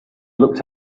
looked